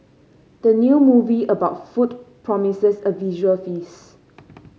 the new movie about food promises a visual feast